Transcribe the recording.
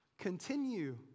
continue